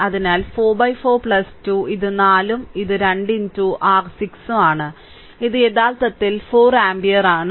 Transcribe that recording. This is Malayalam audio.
അതിനാൽ 44 2 ഇത് 4 ഉം ഇത് 2 r 6 ഉം ആണ് ഇത് യഥാർത്ഥത്തിൽ 4 ആമ്പിയർ ആണ്